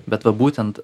bet va būtent